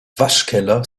waschkeller